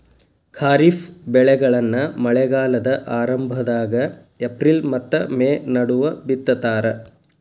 ಖಾರಿಫ್ ಬೆಳೆಗಳನ್ನ ಮಳೆಗಾಲದ ಆರಂಭದಾಗ ಏಪ್ರಿಲ್ ಮತ್ತ ಮೇ ನಡುವ ಬಿತ್ತತಾರ